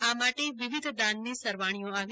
આ માટે વિવિધ દાનની સરવાણીઓ આવી